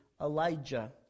Elijah